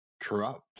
corrupt